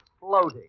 floating